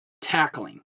tackling